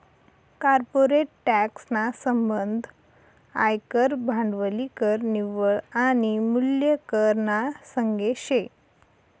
corporate tax ना संबंध आयकर, भांडवली कर, निव्वळ आनी मूल्य कर ना संगे शे